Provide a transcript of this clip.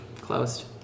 closed